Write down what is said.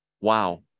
Wow